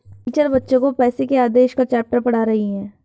teacher बच्चो को पैसे के आदेश का चैप्टर पढ़ा रही हैं